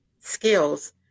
skills